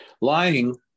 Lying